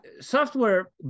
Software